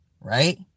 Right